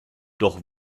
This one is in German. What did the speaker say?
doch